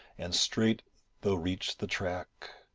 and straight though reach the track,